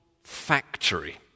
factory